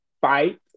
fight